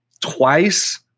Twice